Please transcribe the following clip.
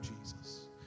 Jesus